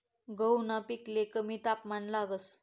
गहूना पिकले कमी तापमान लागस